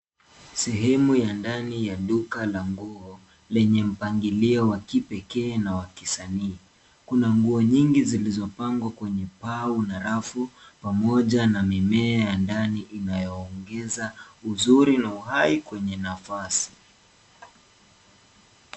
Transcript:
Sehemu ya ndani ya duka la nguo, lenye mpangilio wa kipekee na wa kisanii. Kuna nguo nyingi zilizopangwa kwenye pau na rafu na mimea ya ndani inayo ongeza uzuri na uhai kwenye nafasi.